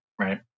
right